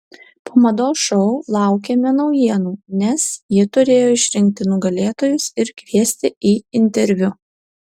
po mados šou laukėme naujienų nes ji turėjo išrinkti nugalėtojus ir kviesti į interviu